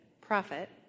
profit